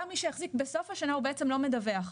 גם מי שהחזיק בסוף השנה בעצם לא מדווח,